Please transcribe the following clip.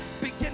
begin